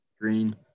green